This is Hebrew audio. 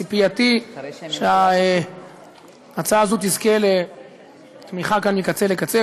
ציפייתי היא שההצעה הזאת תזכה כאן לתמיכה מקצה לקצה,